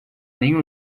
nem